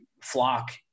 flock